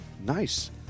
nice